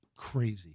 Crazy